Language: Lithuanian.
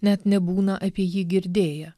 net nebūna apie jį girdėję